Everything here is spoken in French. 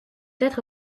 être